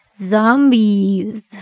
zombies